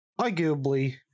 arguably